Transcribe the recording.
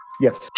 Yes